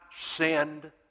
sinned